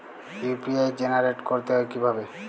UPI generate করতে হয় কিভাবে?